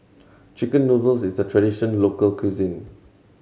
chicken noodles is a traditional local cuisine